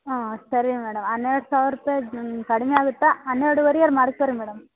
ಹಾಂ ಸರಿ ಮೇಡಮ್ ಹನ್ನೆರಡು ಸಾವಿರ ರುಪಾಯಿಗೆ ಕಡಿಮೆ ಆಗುತ್ತಾ ಹನ್ನೆರಡುವರೆಯಲ್ಲಿ ಮಾಡ್ಕೊರಿ ಮೇಡಮ್